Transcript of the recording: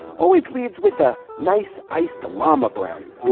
always leads with a nice ice. the llama brownie.